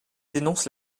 dénoncent